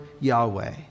Yahweh